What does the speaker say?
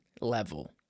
level